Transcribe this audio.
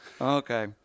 Okay